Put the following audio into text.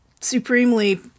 supremely